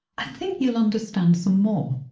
i think you'll understand some more!